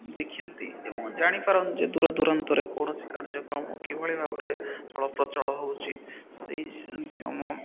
ଦେଖିନ୍ତି ଏବଂ ଜାଣିପାରନ୍ତି ଯେ ଦୂର ଦୂରାନ୍ତରେ କୌଣସି କାର୍ଯ୍ୟକ୍ରମ କିଭଳି ଭାବରେ ଚଳପ୍ରଚଳ ହେଉଛି ସେଇମ